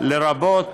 לרבות